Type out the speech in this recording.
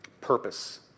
purpose